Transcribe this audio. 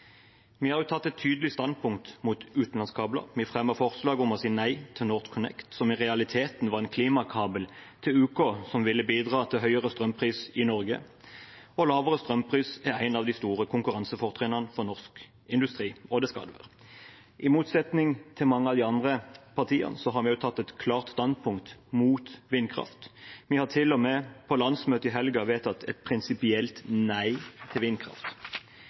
Vi har tatt et tydelig standpunkt mot utenlandskabler, og vi fremmer forslag om å si nei til NorthConnect, som i realiteten var en klimakabel til UK, som ville bidra til høyere strømpris i Norge. Lavere strømpris er et av de store konkurransefortrinnene for norsk industri, og det skal det fortsatt være. I motsetning til mange av de andre partiene har vi også tatt et klart standpunkt mot vindkraft. Vi har til og med på landsmøtet i helgen vedtatt et prinsipielt nei til vindkraft.